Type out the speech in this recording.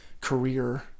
career